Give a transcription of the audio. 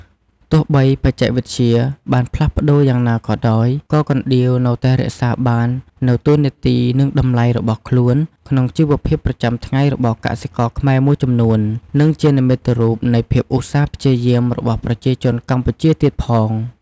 ទោះបីបច្ចេកវិទ្យាបានផ្លាស់ប្តូរយ៉ាងណាក៏ដោយ ក៏កណ្ដៀវនៅតែរក្សាបាននូវតួនាទី និងតម្លៃរបស់ខ្លួនក្នុងជីវភាពប្រចាំថ្ងៃរបស់កសិករខ្មែរមួយចំនួន និងជានិមិត្តរូបនៃភាពឧស្សាហ៍ព្យាយាមរបស់ប្រជាជនកម្ពុជាទៀតផង។